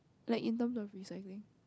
like in terms of recycling